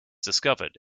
discovered